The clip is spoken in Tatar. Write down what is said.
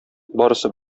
барысы